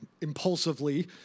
impulsively